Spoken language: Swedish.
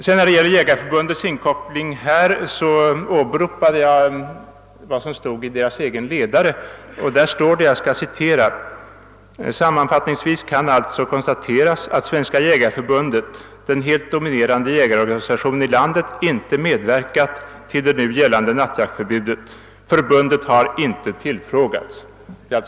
Beträffande inkopplingen av Svenska jägareförbundet åberopade jag vad som står i ledaren i dess egen tidskrift: »Sammanfattningsvis kan alltså konstateras att Svenska jägareförbundet — den helt dominerande jägarorganisationen i landet — inte medverkat till det nu gällande nattjaktförbudet. Förbundet har inte tillfrågats.» |